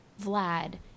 Vlad